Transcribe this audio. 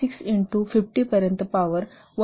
6 into 50 पर्यंत power 1